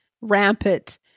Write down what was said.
rampant